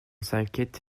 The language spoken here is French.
s’inquiète